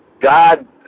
God